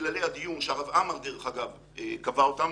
בכללי הגיור, שהרב עמר דרך אגב קבע אותם